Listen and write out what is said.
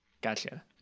Gotcha